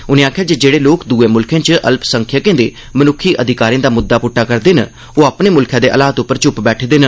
उनें आखेआ जे जेहड़े लोक दुए मुल्खें च अल्पसंख्यकें दे मनुक्खी अधिकार दा मुद्दा पुट्टा करदे न ओह् अपने मुल्खै दे हालात उप्पर चुप बैठे दे न